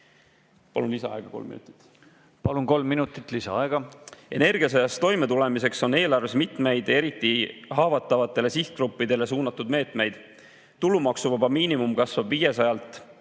Palun, kolm minutit lisaaega! Palun, kolm minutit lisaaega! Energiasõjas toimetulemiseks on eelarves mitmeid eriti haavatavatele sihtgruppidele suunatud meetmeid. Tulumaksuvaba miinimum kasvab 500‑lt